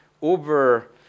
Uber